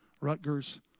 Rutgers